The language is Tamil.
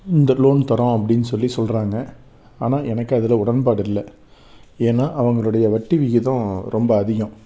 இந்த லோன் தரோம் அப்படின்னு சொல்லி சொல்லுறாங்க ஆனால் எனக்கு அதில் உடன்பாடு இல்லை ஏன்னா அவங்களுடைய வட்டி விகிதம் ரொம்ப அதிகம்